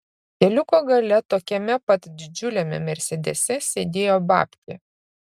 keliuko gale tokiame pat didžiuliame mersedese sėdėjo babkė